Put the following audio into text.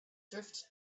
drift